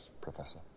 Professor